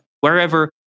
wherever